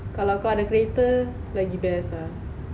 kalau kau ada kereta lagi best lah